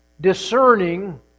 Discerning